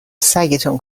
سگتون